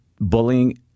bullying